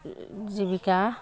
জীৱিকা